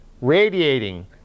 radiating